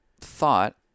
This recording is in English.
thought